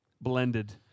Blended